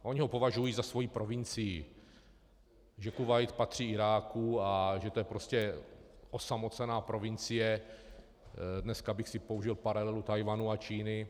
Oni ho považují za svoji provincii, že Kuvajt patří Iráku a že to je prostě osamocená provincie dneska bych použil paralelu Tchajwanu a Číny.